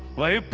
last